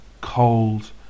cold